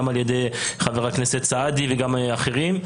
גם על ידי חבר הכנסת סעדי וגם על ידי אחרים.